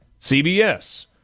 CBS